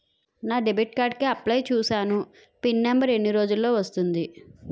నా debit card కి apply చూసాను పిన్ నంబర్ ఎన్ని రోజుల్లో వస్తుంది?